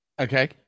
Okay